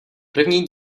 první